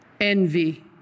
envy